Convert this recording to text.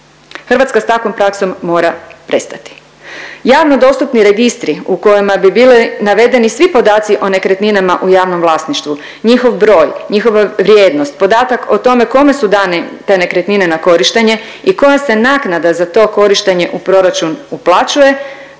Hrvatska s takvom praksom mora prestati. Javno dostupni registri u kojima bi bili navedeni svi podaci o nekretninama u javnom vlasništvu, njihov broj, njihova vrijednost, podatak o tome kome su dane te nekretnine na korištenje i koja se naknada za to korištenje u proračun uplaćuje